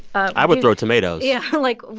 i would throw tomatoes yeah. like,